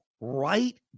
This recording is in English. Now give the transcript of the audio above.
right